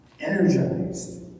energized